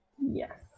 Yes